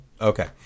Okay